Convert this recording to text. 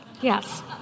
Yes